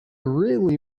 really